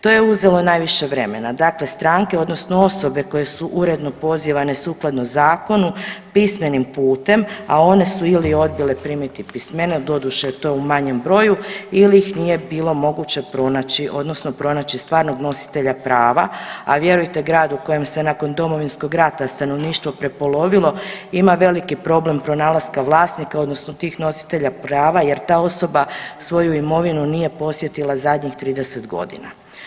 To je uzelo najviše vremena, dakle stranke odnosno osobe koje su uredno pozivane sukladno zakonu pismenim putem, a one su ili odbile primiti pismeno doduše to u manjem broju ili ih nije bilo moguće pronaći odnosno pronaći stvarnog nositelja prava, a vjerujte grad u kojem se nakon Domovinskog rata stanovništvo prepolovilo ima veliki problem pronalaska vlasnika odnosno tih nositelja prava jer ta osoba svoju imovinu nije posjetila zadnjih 30 godina.